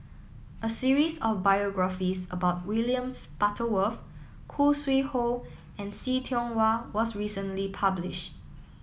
a series of biographies about Williams Butterworth Khoo Sui Hoe and See Tiong Wah was recently published